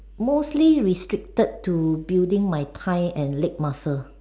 mostly restricted to building my thigh and leg muscle